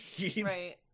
right